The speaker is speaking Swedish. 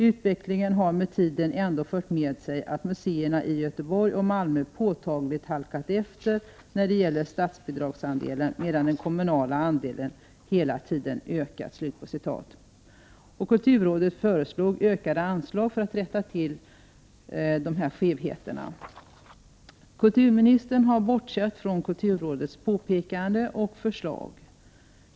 Utvecklingen har med tiden ändå fört med sig att museerna i Göteborg och Malmö påtagligt halkat efter när det gäller statsbidragsandelen medan den kommunala andelen hela tiden ökat.” Kulturrådet föreslog ökade anslag för att rätta till dessa skevheter. Kulturministern har bortsett från kulturrådets påpekande och förslag.